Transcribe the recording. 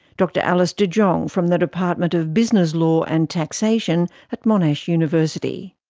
dr alice de jonge from the department of business law and taxation at monash university.